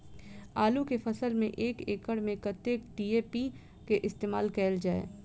आलु केँ फसल मे एक एकड़ मे कतेक डी.ए.पी केँ इस्तेमाल कैल जाए?